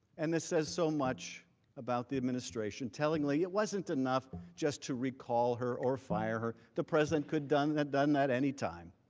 and this is so much about the administration. tellingly, it wasn't enough to recall her or fire her, the present could've done that done that any time.